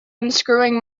unscrewing